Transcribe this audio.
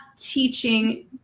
teaching